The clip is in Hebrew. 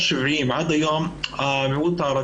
אני חושבת ששם צריך להיות המשך מאוד מאסיבי של השקעה להביא